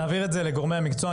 נעביר את זה לגורמי המקצוע.